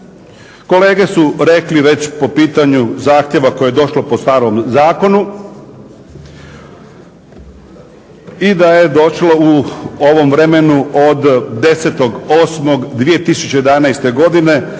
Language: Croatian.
Kolege su rekli već po pitanju zahtjeva koje je došlo po starom zakonu i da je došlo u ovom vremenu od 10.8.2011. godine